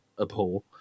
abhor